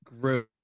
gross